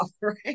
right